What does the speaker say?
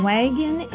Wagon